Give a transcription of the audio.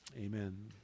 amen